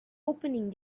opening